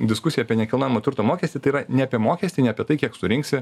diskusija apie nekilnojamo turto mokestį tai yra ne apie mokestį ne apie tai kiek surinksi